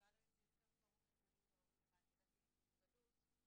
מפורום הורים למען ילדים עם מוגבלות.